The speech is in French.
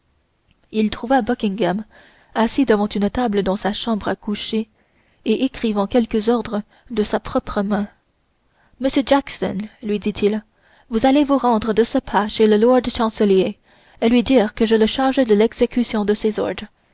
il trouva buckingham assis devant une table dans sa chambre à coucher et écrivant quelques ordres de sa propre main monsieur jackson lui dit-il vous allez vous rendre de ce pas chez le lord chancelier et lui dire que je le charge de l'exécution de ces ordres